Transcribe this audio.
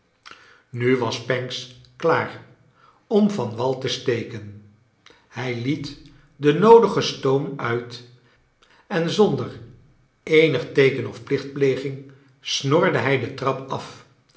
onverschillignu was pancks klaar om van wal te steken hij liet den noodigen stooni uit en zonder eenig teeken of plichtpleging snorde hij de trap af